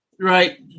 Right